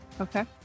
Okay